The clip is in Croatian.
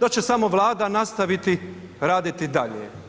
da će samo Vlada nastaviti raditi dalje.